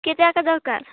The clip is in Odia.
କିଯେ ଏକା ଦରକାର